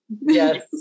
Yes